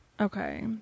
okay